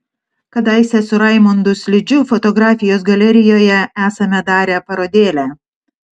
kadaise su raimundu sližiu fotografijos galerijoje esam darę parodėlę